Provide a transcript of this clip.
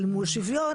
אל מול שוויון,